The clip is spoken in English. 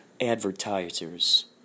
advertisers